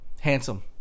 Handsome